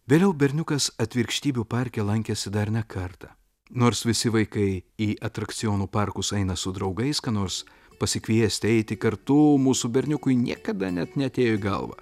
vėliau berniukas atvirkštybių parke lankėsi dar ne kartą nors visi vaikai į atrakcionų parkus eina su draugais ką nors pasikviesti eiti kartu mūsų berniukui niekada net neatėjo į galvą